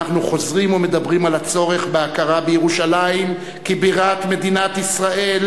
אנחנו חוזרים ומדברים על הצורך בהכרה בירושלים כבירת מדינת ישראל,